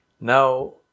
Now